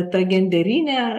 ta genderinė